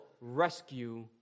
rescue